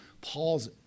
Paul's